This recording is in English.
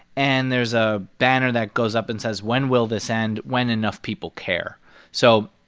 and there's a banner that goes up and says, when will this end? when enough people care so,